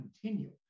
continue